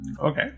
Okay